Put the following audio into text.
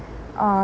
uh